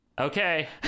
Okay